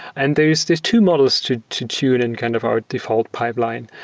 and these these two models to to tune in kind of our default pipeline.